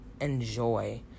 enjoy